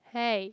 hey